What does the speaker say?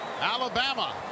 Alabama